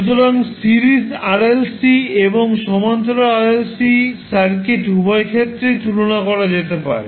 সুতরাং series RLC এবং সমান্তরাল RLC সার্কিট উভয়ের ক্ষেত্রে তুলনা করা যেতে পারে